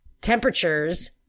temperatures